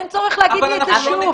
אין צורך להגיד את זה שוב.